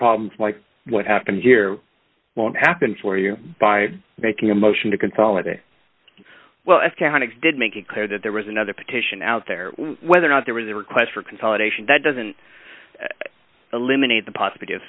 problems like what happens here won't happen for you by making a motion to consolidate well after hundreds did make it clear that there was another petition out there whether or not there was a request for consolidation that doesn't eliminate the positive